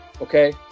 okay